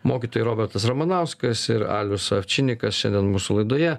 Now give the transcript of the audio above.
mokytojai robertas ramanauskas ir alius avčinikas šiandien mūsų laidoje